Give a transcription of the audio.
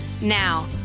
Now